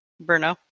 Bruno